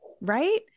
right